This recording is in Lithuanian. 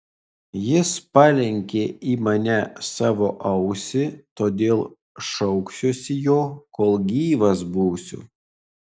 jis palenkė į mane savo ausį todėl šauksiuosi jo kol gyvas būsiu